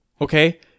Okay